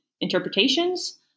interpretations